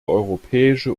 europäische